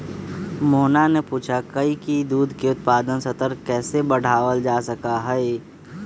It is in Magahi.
मोहना ने पूछा कई की दूध के उत्पादन स्तर के कैसे बढ़ावल जा सका हई?